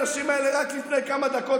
האנשים האלה היו שרים רק לפני כמה דקות,